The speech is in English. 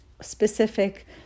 specific